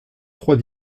trois